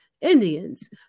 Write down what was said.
Indians